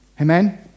Amen